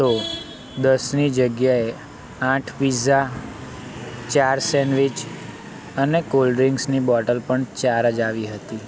તો દસની જગ્યાએ આઠ પીઝા ચાર સેન્ડવીચ અને કોલ્ડ્રીંક્સની બોટલ પણ ચાર જ આવી હતી